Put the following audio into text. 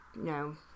No